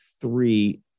three